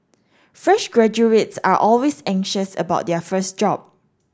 fresh graduates are always anxious about their first job